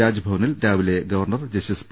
രാജ്ഭവനിൽ രാവിലെ governor justice P